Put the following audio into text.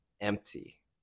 empty